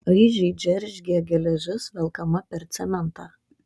aižiai džeržgė geležis velkama per cementą